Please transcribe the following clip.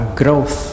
growth